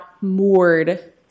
moored